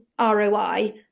ROI